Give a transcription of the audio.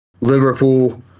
Liverpool